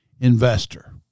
investor